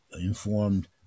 informed